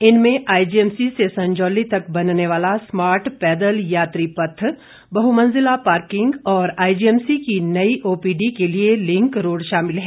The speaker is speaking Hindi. इनमें आईजीएमसी से संजौली तक बनने वाला स्मार्ट पैदल यात्री पथ बहुमंजिला पार्किंग और आईजीएमसी की नई ओपीडी के लिए लिंक रोड़ शामिल है